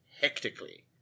hectically